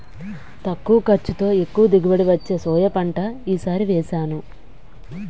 తక్కువ ఖర్చుతో, ఎక్కువ దిగుబడి వచ్చే సోయా పంట ఈ సారి వేసాను